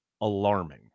alarming